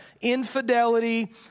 infidelity